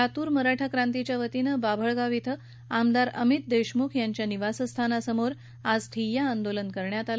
लातूर मराठा क्रांतीच्यावतीने बाभळगाव येथे आमदार अमित देशमुख यांच्या निवास्थानासमोर आज ठिय्या आंदोलन करण्यात आलं